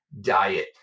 diet